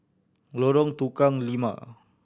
Lorong Tukang Lima